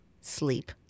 Sleep